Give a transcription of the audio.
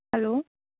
hello